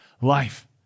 life